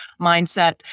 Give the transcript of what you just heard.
mindset